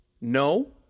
No